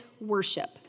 worship